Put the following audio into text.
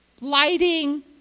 lighting